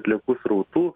atliekų srautų